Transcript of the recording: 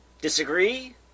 disagree